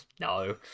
No